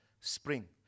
spring